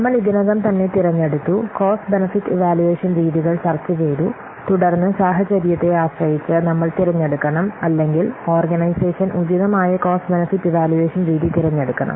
നമ്മൾ ഇതിനകം തന്നെ തിരഞ്ഞെടുത്തു കോസ്റ്റ് ബെനെഫിറ്റ് ഇവാലുവേഷൻ രീതികൾ ചർച്ചചെയ്തു തുടർന്ന് സാഹചര്യത്തെ ആശ്രയിച്ച് നമ്മൾ തിരഞ്ഞെടുക്കണം അല്ലെങ്കിൽ ഓർഗനൈസേഷൻ ഉചിതമായ കോസ്റ്റ് ബെനെഫിറ്റ് ഇവാലുവേഷൻ രീതി തിരഞ്ഞെടുക്കണം